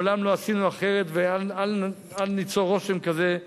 מעולם לא עשינו אחרת, ואל ניצור רושם כזה.